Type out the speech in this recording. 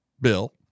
Bill